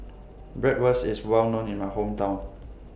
Bratwurst IS Well known in My Hometown